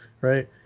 right